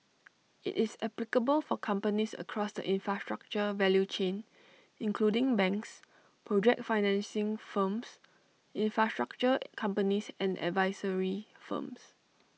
IT is applicable for companies across the infrastructure value chain including banks project financing firms infrastructure companies and advisory firms